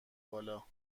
بالا